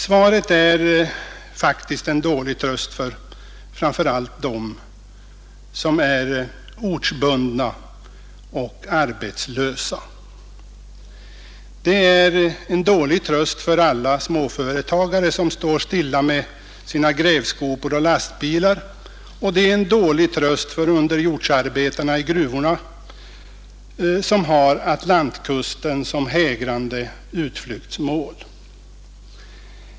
Svaret är faktiskt en dålig tröst för framför allt dem som är ortsbundna och arbetslösa. Det är en dålig tröst för alla småföretagare som står stilla med sina grävskopor och lastbilar, och det är en dålig tröst för underjordsarbetarna i gruvorna som har Atlantkusten som hägrande utsiktsmål.